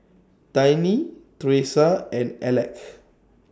Tiny Theresa and Aleck